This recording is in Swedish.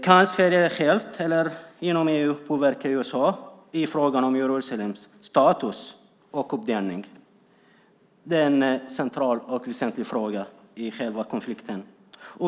Kan Sverige självt eller genom EU påverka USA i frågan om Jerusalems status och uppdelning? Det är en central och väsentlig fråga i själva konflikten.